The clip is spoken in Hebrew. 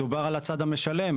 מדובר על הצד המשלם.